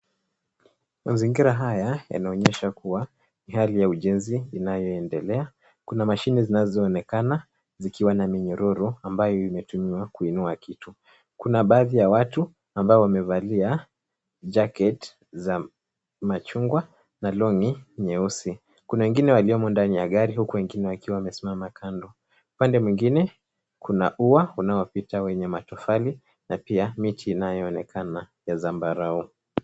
Mazingira haya yanaonyesha kuwa hali ya ujenzi inayoendelea. Kuna mashine zinazoonekana zikiwa na minyororo ambayo imetumiwa kuinua kitu. Kuna baadhi ya watu ambao wamevalia jacket za machungwa na longi nyeusi. Kuna wengine waliomo ndani ya gari huku wengine wakiwa wamesimama kando. Upande mwingine kuna ua unaopita wenye matofali na pia miti inayoonekana ya zambarau.